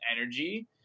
energy